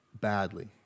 badly